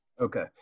Okay